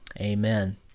Amen